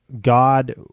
God